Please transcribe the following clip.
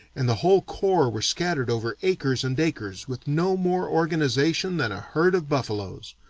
and the whole corps was scattered over acres and acres with no more organization than a herd of buffaloes.